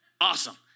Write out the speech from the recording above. Awesome